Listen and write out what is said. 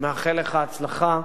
מאחל לך הצלחה.